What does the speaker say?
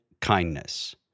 kindness